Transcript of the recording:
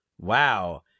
Wow